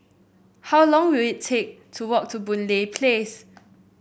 how long will it take to walk to Boon Lay Place